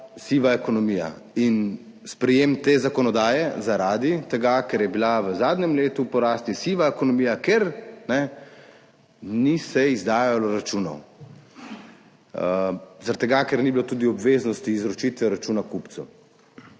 siva ekonomija in sprejetje te zakonodaje zaradi tega, ker je bila v zadnjem letu v porastu siva ekonomija, ker se ni izdajalo računov zaradi tega, ker ni bilo obveznosti izročitve računa kupcu.